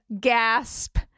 gasp